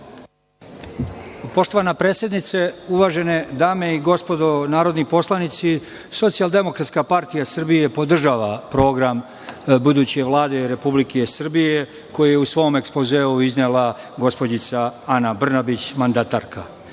Poštovana predsednice, uvažene dame i gospodo narodni poslanici, SDPS podržava program buduće Vlade Republike Srbije koji je u svome ekspozeu iznela gospođica Ana Brnabić, mandatarka.O